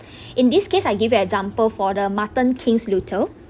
in this case I give you example for the martin kings luther